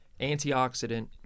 antioxidant